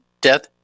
death